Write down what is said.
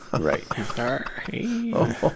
Right